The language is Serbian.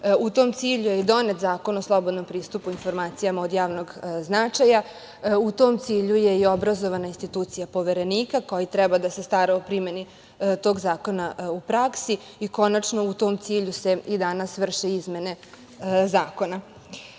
U tom cilju je i donet Zakon o slobodnom pristupu informacijama od javnog značaja. U tom cilju je i obrazovana institucija Poverenika koji treba da se stara o primeni tog zakona u praksi. Konačno, u tom cilju se i danas vrše izmene zakona. Šta